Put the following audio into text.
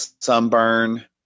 sunburn